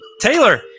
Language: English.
Taylor